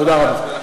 תודה רבה.